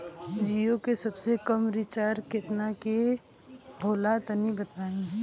जीओ के सबसे कम रिचार्ज केतना के होला तनि बताई?